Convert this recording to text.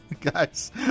Guys